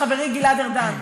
חברי גלעד ארדן,